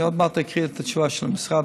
עוד מעט אקריא את התשובה של המשרד,